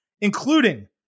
including